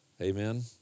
Amen